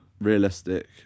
realistic